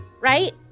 Right